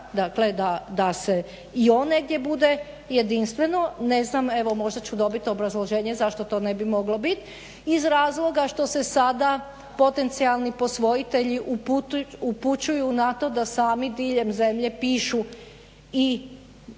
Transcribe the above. dakle da i on negdje bude jedinstveno. Ne znam evo možda ću dobiti obrazloženje zašto to ne bi moglo biti iz razloga što se sada potencijalni posvojitelji upućuju na to da sami diljem zemlje pišu i grubo